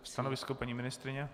Stanovisko paní ministryně?